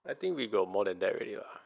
I think we got more than that already lah